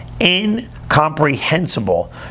incomprehensible